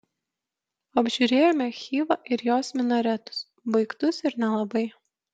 apžiūrėjome chivą ir jos minaretus baigtus ir nelabai